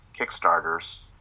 kickstarters